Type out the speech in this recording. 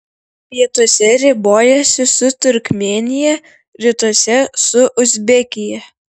pietuose ribojasi su turkmėnija rytuose su uzbekija